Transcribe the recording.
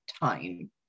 time